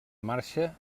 marxa